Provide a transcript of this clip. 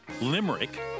Limerick